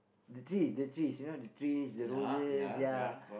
the trees the trees you know the trees the roses ya